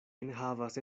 enhavas